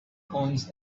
coins